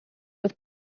with